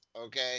okay